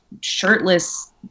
shirtless